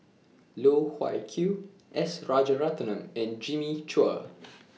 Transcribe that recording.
Loh Wai Kiew S Rajaratnam and Jimmy Chua